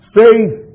faith